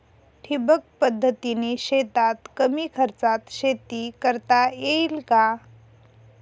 ठिबक पद्धतीने शेतात कमी खर्चात शेती करता येईल का?